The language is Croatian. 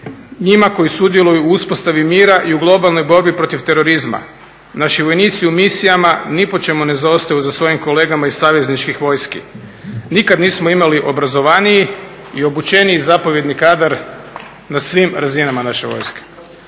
njima koji sudjeluju u uspostavi mira i u globalnoj borbi protiv terorizma. Naši vojnici u misijama ni po čemu ne zaostaju za svojim kolegama iz savezničkih vojski. Nikad nismo imali obrazovaniji i obučeniji zapovjedni kadar na svim razinama naše vojske.